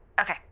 Okay